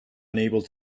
unable